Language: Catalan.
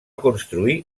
construir